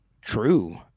true